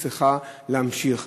היא צריכה להמשיך.